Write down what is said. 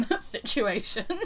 situation